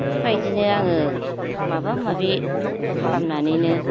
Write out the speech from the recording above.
बेबायदिनो आङो माबा माबि खालामनानैनो